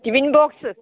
tiffin box